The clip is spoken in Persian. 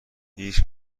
هیچ